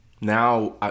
Now